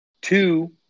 Two